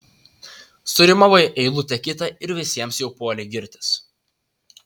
surimavai eilutę kitą ir visiems jau puoli girtis